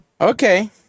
Okay